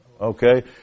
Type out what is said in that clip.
Okay